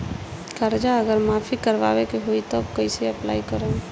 कर्जा अगर माफी करवावे के होई तब कैसे अप्लाई करम?